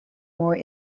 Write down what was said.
more